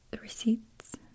receipts